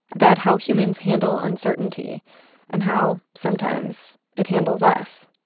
about how humans handle uncertainty and how, sometimes, it handles us.